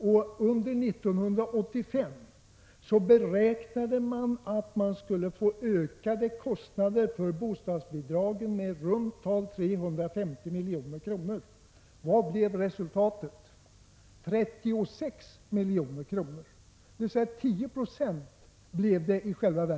Under 1985 beräknade man att få ökade kostnader för bostadsbidragen med i runt tal 350 milj.kr. Vad blev resultatet? 36 milj.kr., dvs. 10 90.